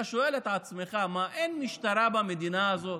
אתה שואל את עצמך: מה, אין משטרה במדינה הזאת?